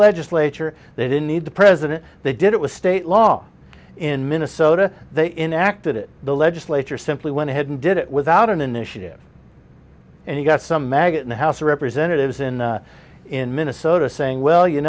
legislature they didn't need the president they did it was state law in minnesota they enacted it the legislature simply went ahead and did it without an initiative and you got some maggot in the house of representatives in in minnesota saying well you